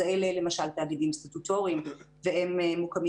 אז אלה למשל תאגידים סטטוטוריים והם מוקמים